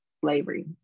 slavery